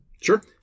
Sure